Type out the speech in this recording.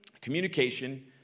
Communication